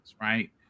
Right